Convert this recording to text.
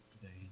today